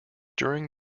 during